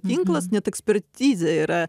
tinklas net ekspertizė yra